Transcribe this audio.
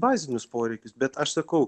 bazinius poreikius bet aš sakau